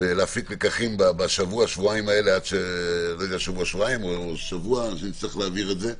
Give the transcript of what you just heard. להפיק לקחים בשבוע הזה, עד שנצטרך להעביר את זה,